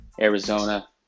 Arizona